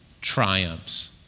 triumphs